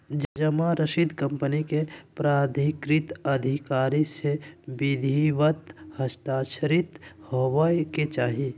जमा रसीद कंपनी के प्राधिकृत अधिकारी से विधिवत हस्ताक्षरित होबय के चाही